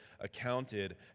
accounted